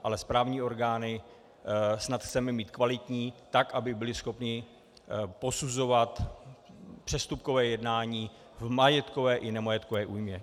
Ale správní orgány chceme mít snad kvalitní tak, aby byly schopny posuzovat přestupkové jednání v majetkové i nemajetkové újmě.